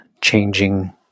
changing